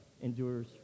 endures